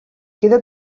queda